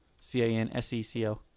C-A-N-S-E-C-O